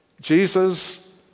Jesus